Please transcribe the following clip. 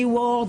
מוורד,